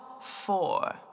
four